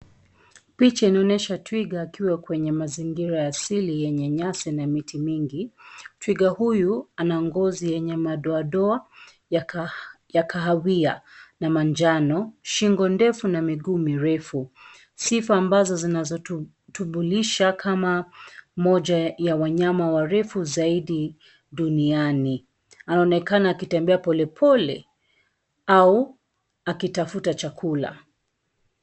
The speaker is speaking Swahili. Picha inaonyesha twiga akiwa kwenye mazingira ya asili yenye nyasi na miti mingi. Twiga huyu ana ngozi yenye madoadoa ya kahawia na manjano, shingo ndefu na miguu mirefu. Sifa ambazo zinazo-mtambulisha kama mmoja wa wanyama warefu zaidi duniani. Anaonekana akitembea pole pole au akitafuta chakula.